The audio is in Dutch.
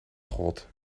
grot